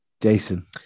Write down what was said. Jason